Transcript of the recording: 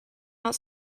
out